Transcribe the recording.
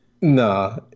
nah